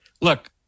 look